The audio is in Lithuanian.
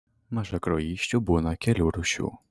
mažakraujysčių būna kelių rūšių